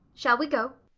shall we go?